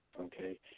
Okay